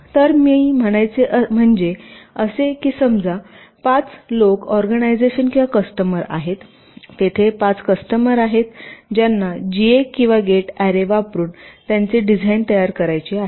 तर मी म्हणायचे म्हणजे असे की समजा पाच लोक लोक ऑर्गनायझेशन किंवा कस्टमर आहेत तेथे पाच कस्टमर आहेत ज्यांना जीए किंवा गेट अॅरे वापरून त्यांचे डिझाईन तयार करायचे आहेत